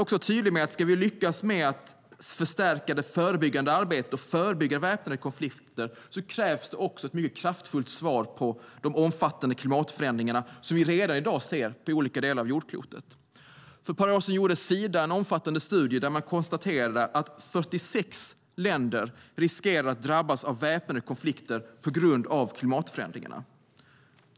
Om vi ska lyckas med att förstärka det förebyggande arbetet och förebygga väpnade konflikter krävs det ett mycket kraftfullt svar på de omfattande klimatförändringar som vi redan i dag ser på olika delar av jordklotet. För ett par år sedan gjorde Sida en omfattande studie där man konstaterade att 46 länder riskerade att drabbas av väpnade konflikter på grund av klimatförändringarna.